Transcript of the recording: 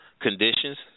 conditions